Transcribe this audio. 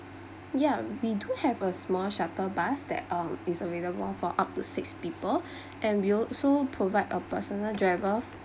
yeah we do have a small shuttle bus that um it is available for up to six people and we also provide a personal driver